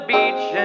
Beach